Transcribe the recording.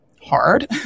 hard